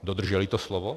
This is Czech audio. Dodrželi to slovo?